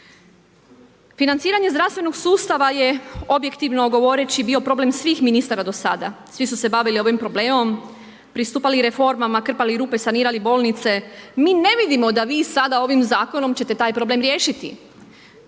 Financiranje zdravstvenog sustava je, objektivno govoreći, bio problem svih ministara do sada, svi su se bavili ovim problemom, pristupali reformama, krpali rupe, sanirali bolnice. Mi ne vidimo da vi sada ovim zakonom ćete taj problem riješiti.